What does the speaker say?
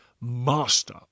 master